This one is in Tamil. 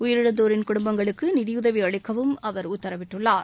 உயிரிழந்தோரின் குடும்பங்களுக்கு நிதியுதவி அளிக்கவும் அவர் உத்தரவிட்டுள்ளார்